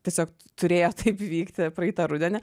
tiesiog turėjo taip įvykti praeitą rudenį